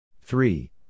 Three